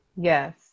Yes